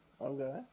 Okay